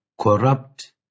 corrupt